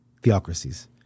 theocracies